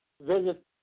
visit